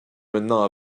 maintenant